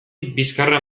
bizkarra